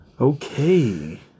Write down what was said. Okay